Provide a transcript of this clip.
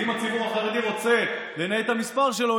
ואם הציבור החרדי רוצה לנייד את המספר שלו,